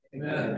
Amen